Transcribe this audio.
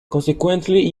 consequently